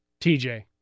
TJ